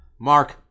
Mark